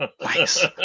Nice